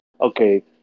okay